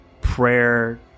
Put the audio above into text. prayer